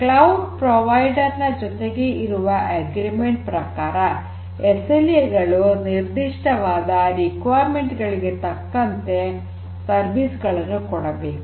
cloud provider ನ ಜೊತೆಗೆ ಇರುವ ಒಪ್ಪಂದ ಪ್ರಕಾರ ಎಸ್ಎಲ್ಎ ಗಳು ನಿರ್ಧಿಷ್ಟವಾದ ಅವಶ್ಯಕತೆಗಳಿಗೆ ತಕ್ಕಂತೆ ಸೇವೆಗಳನ್ನು ಕೊಡಬೇಕು